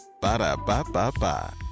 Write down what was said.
Ba-da-ba-ba-ba